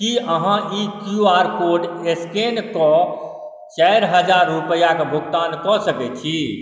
की अहाँ ई Q R code स्कैनकऽ चारि हजार रुपयाक भुगतान कऽ सकैत छी